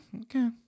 Okay